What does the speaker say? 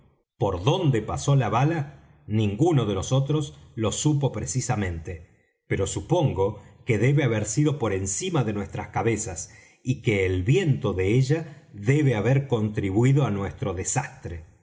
por dónde pasó la bala ninguno de nosotros lo supo precisamente pero supongo que debe haber sido por encima de nuestras cabezas y que el viento de ella debe haber contribuído á nuestro desastre